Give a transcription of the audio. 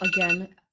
again